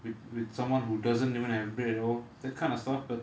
with with someone who doesn't even have bread at all that kind of stuff but